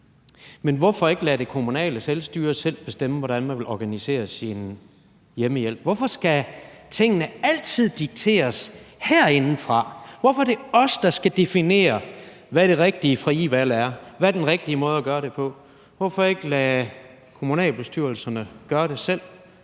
Men hvorfor ikke lade det kommunale selvstyre selv bestemme, hvordan man vil organisere sin hjemmehjælp? Hvorfor skal tingene altid dikteres herindefra? Hvorfor er det os, der skal definere, hvad det rigtige frie valg er, og hvordan den rigtige måde at gøre det på er? Hvorfor ikke lade kommunalbestyrelserne gøre det selv?